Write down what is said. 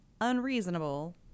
unreasonable